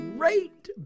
Great